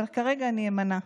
אבל כרגע אני אימנע.